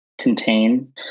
contain